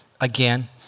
again